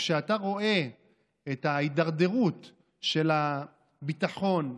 כשאתה רואה את ההידרדרות של הביטחון,